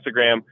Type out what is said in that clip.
Instagram